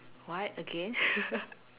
what again